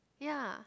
ya